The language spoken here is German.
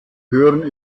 hören